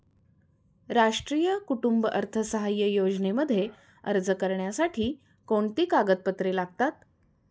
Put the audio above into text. राष्ट्रीय कुटुंब अर्थसहाय्य योजनेमध्ये अर्ज करण्यासाठी कोणती कागदपत्रे लागतात?